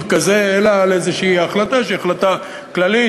כזה אלא על החלטה כלשהי שהיא החלטה כללית,